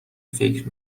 فکر